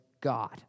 God